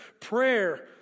prayer